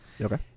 okay